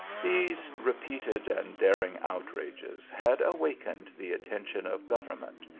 these repeated and daring outrages had awakened the attention of government,